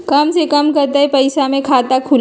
कम से कम कतेइक पैसा में खाता खुलेला?